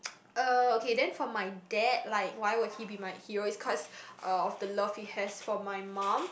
uh okay then for my dad like why would he be my hero is cause of uh the love he has for my mum